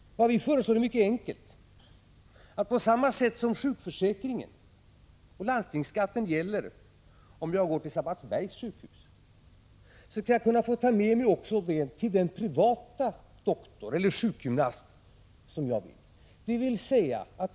Vad vi föreslår är mycket enkelt. På samma sätt som sjukförsäkringen och landstingsskatten gäller om jag går till Sabbatsbergs sjukhus, skall dessa också gälla när jag går till den privata doktor eller sjukgymnast som jag vill gå till.